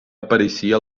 apareixia